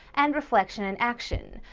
and reflection and action.